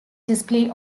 display